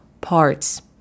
parts